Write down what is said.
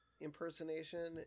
impersonation